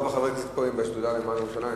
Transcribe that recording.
רוב חברי הכנסת כאן הם בשדולה למען ירושלים.